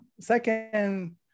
Second